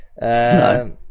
No